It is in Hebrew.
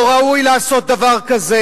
לא ראוי לעשות דבר כזה.